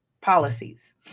policies